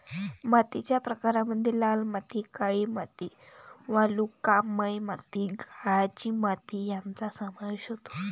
मातीच्या प्रकारांमध्ये लाल माती, काळी माती, वालुकामय माती, गाळाची माती यांचा समावेश होतो